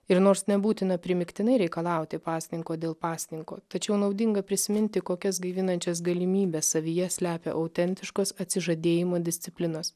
ir nors nebūtina primygtinai reikalauti pasninko dėl pasninko tačiau naudinga prisiminti kokias gaivinančias galimybes savyje slepia autentiškos atsižadėjimo disciplinos